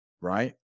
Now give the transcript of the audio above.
right